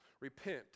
Repent